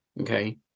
Okay